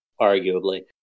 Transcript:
arguably